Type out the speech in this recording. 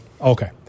Okay